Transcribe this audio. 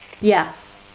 Yes